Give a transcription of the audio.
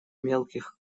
мелких